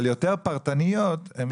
אבל השאלות היותר פרטניות, הם ישיבו.